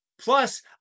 Plus